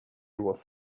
was